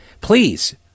please